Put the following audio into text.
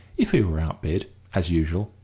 if he were outbid, as usual,